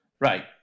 Right